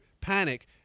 panic